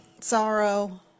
sorrow